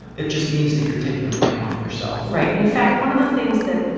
it just means that you're taking the blame off of yourself. right. in fact one of the things that.